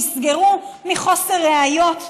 נסגרה מחוסר ראיות.